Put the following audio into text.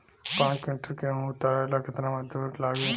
पांच किविंटल गेहूं उतारे ला केतना मजदूर लागी?